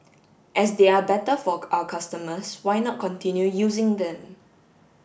as they are better for our customers why not continue using them